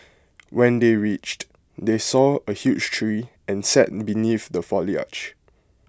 when they reached they saw A huge tree and sat beneath the foliage